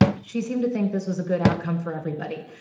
she seemed to think this was a good outcome for everybody.